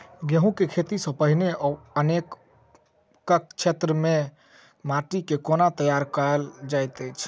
गेंहूँ केँ खेती सँ पहिने अपनेक केँ क्षेत्र मे माटि केँ कोना तैयार काल जाइत अछि?